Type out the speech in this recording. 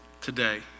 today